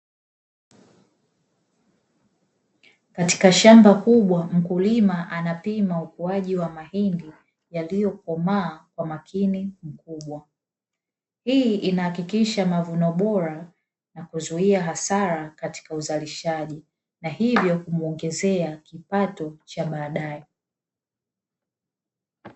Katika shamba kubwa mkulima anapima ukuaji wa mahindi yaliyokomaa kwa makini mkubwa; hii inahakikisha mavuno bora na kuzuia hasara katika uzalishaji, na hivyo kumwongezea kipato cha badae.